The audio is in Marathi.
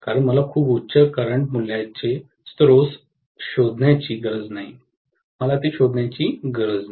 कारण मला खूप उच्च करंट मूल्याचे स्त्रोत शोधण्याची गरज नाही मला ते शोधण्याची गरज नाही